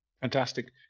Fantastic